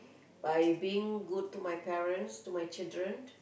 by being good to my parents to my children